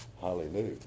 hallelujah